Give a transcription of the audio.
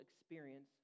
experience